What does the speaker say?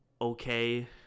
Okay